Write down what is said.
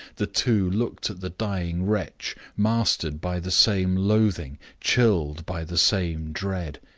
the two looked at the dying wretch, mastered by the same loathing, chilled by the same dread.